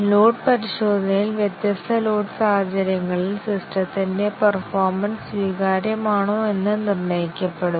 load പരിശോധനയിൽ വ്യത്യസ്ത load സാഹചര്യങ്ങളിൽ സിസ്റ്റത്തിന്റെ പേർഫോമെൻസ് സ്വീകാര്യമാണോ എന്ന് നിർണ്ണയിക്കപ്പെടുന്നു